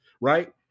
right